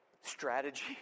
strategy